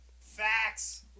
Facts